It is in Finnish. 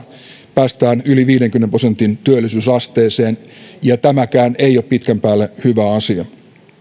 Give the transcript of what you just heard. päästään yli viidenkymmenen prosentin työllisyysasteeseen ja tämäkään ei ole pitkän päälle hyvä asia